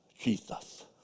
Jesus